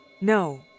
No